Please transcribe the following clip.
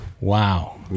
Wow